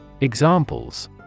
Examples